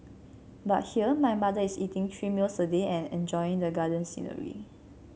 but here my mother is eating three meals a day and enjoying the garden scenery